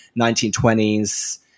1920s